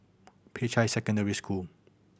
Peicai Secondary School